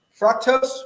Fructose